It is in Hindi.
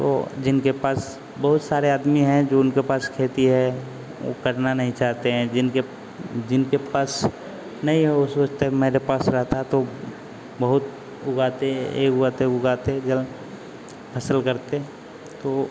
वह जिनके पास बहुत सारे आदमी हैं जो उनके पास खेती है वे करना नहीं चाहते हैं जिनके जिनके पास वे सोचते हैं मेरे पास रहता तो बहुत उगाते यह उगाते वह उगाते फसल करते तो